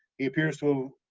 he appears to,